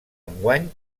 enguany